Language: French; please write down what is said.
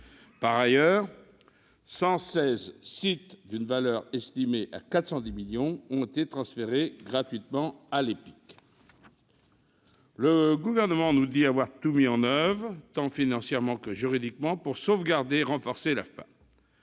Par ailleurs, 116 sites d'une valeur estimée à 410 millions d'euros ont été transférés gratuitement à l'EPIC. Le Gouvernement nous dit avoir tout mis en oeuvre, tant financièrement que juridiquement, pour sauvegarder et renforcer l'AFPA.